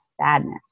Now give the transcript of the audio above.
sadness